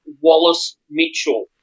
Wallace-Mitchell